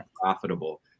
profitable